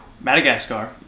Madagascar